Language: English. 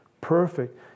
perfect